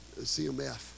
CMF